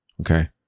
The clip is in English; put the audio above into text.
okay